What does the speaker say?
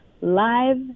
live